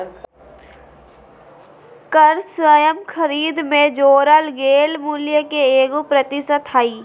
कर स्वयं खरीद में जोड़ल गेल मूल्य के एगो प्रतिशत हइ